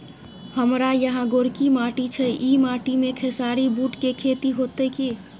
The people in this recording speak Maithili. हमारा यहाँ गोरकी माटी छै ई माटी में खेसारी, बूट के खेती हौते की?